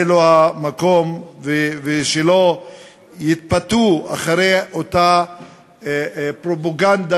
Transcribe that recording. לא המקום ושלא יתפתו אחרי אותה פרופגנדה,